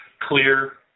clear